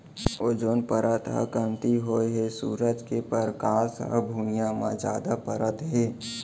ozone परत ह कमती होए हे सूरज के परकास ह भुइयाँ म जादा परत हे